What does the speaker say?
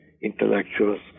intellectuals